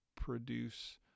produce